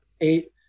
eight